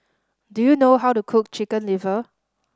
do you know how to cook Chicken Liver